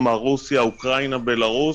מרוסיה, אוקראינה ובלארוס,